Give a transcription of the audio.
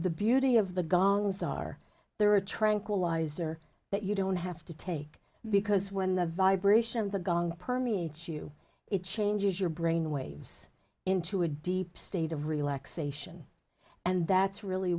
the beauty of the gongs are there are a tranquilizer that you don't have to take because when the vibration of the gong permeates you it changes your brain waves into a deep state of relaxation and that's really